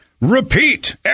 repeat